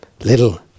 little